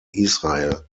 israel